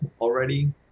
already